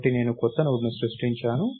కాబట్టి నేను కొత్త నోడ్ని సృష్టించాను